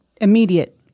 Immediate